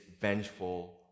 vengeful